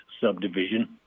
subdivision